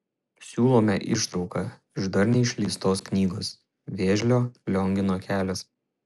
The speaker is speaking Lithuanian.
siūlome ištrauką iš dar neišleistos knygos vėžlio liongino kelias